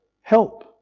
help